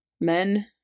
Men